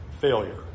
failure